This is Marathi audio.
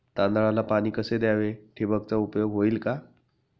तांदळाला पाणी कसे द्यावे? ठिबकचा उपयोग होईल का?